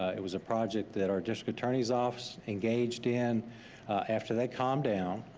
it was a project that our district attorney's office engaged in after they calmed down,